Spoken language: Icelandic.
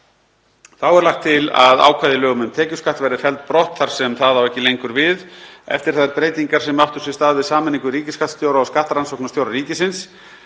Þá er lagt til að ákvæði í lögum um tekjuskatt verði fellt brott þar sem það á ekki lengur við eftir þær breytingar sem áttu sér stað við sameiningu ríkisskattstjóra og skattrannsóknarstjóra ríkisins.